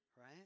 right